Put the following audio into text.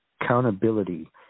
Accountability